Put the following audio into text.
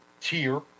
tier